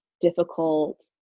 difficult